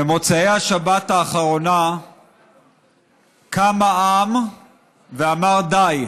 במוצאי השבת האחרונה קם העם ואמר: די.